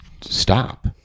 stop